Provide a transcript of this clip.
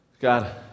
God